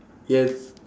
yes